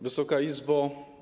Wysoka Izbo!